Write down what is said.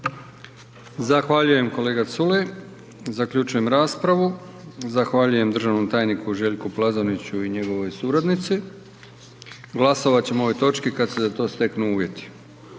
Zahvaljujem kolega Culej. Zaključujem raspravu. Zahvaljujem državnom tajniku Željku Plazoniću i njegovoj suradnici. Glasovat ćemo o ovoj točki kada se za to steknu uvjeti.